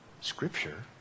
Scripture